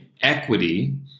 equity